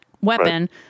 weapon